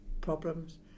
problems